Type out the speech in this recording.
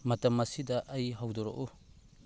ꯃꯇꯝ ꯑꯁꯤꯗ ꯑꯩ ꯍꯧꯗꯣꯔꯛꯎ